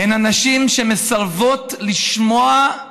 הנשים שמסרבות לשמוע,